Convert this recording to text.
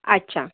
अच्छा